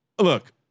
Look